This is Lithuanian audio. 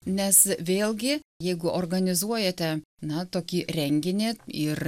nes vėlgi jeigu organizuojate na tokį renginį ir